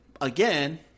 again